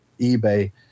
eBay